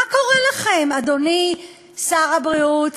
מה קורה לכם, אדוני שר הבריאות